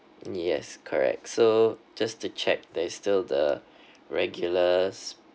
yes correct so just to check there is still the regulars